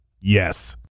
Yes